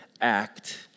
act